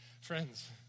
Friends